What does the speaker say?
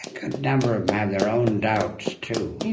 good number of them have their own doubts, too.